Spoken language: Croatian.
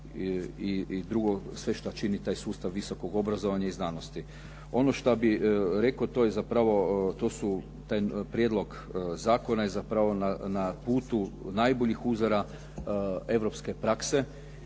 i sveg što čini taj sustav visokog obrazovanja i znanosti. Ono što bih rekao, taj prijedlog zakona je zapravo na putu najboljih uzora europske prakse